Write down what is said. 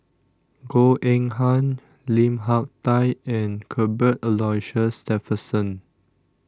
Goh Eng Han Lim Hak Tai and Cuthbert Aloysius Shepherdson